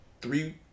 three